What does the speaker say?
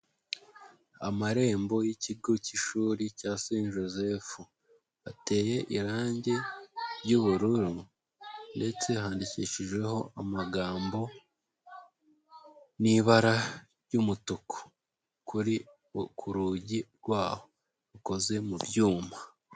Amarembo yikigo cy'ishuri cya Saint Joseph, ateye irangi ry'ubururu, ndetse handikishijeho amagambo n'ibara ry'umutuku, ku rugi rwaho rukoze mu byuma.